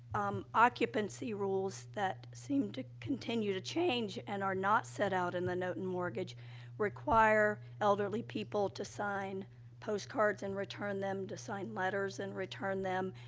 um, occupancy rules that seem to continue to change and are not set out in the note and mortgage require elderly people to sign postcards and return them, to sign letters and return them,